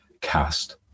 cast